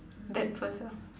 that first ah